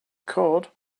code